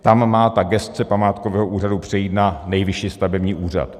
Tam má gesce památkového úřadu přejít na Nejvyšší stavební úřad.